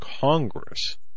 Congress